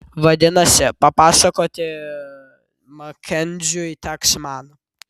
vadinasi papasakoti makenziui teks man